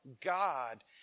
God